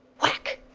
whack!